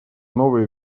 новые